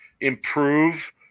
improve